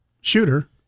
shooter